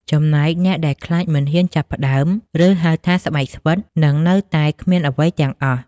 ចំណែកអ្នកដែលខ្លាចមិនហ៊ានចាប់ផ្ដើម ឬ ហៅថាស្បែកស្វិត នឹងនៅតែគ្មានអ្វីទាំងអស់។